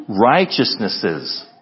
righteousnesses